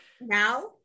now